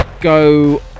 go